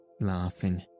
laughing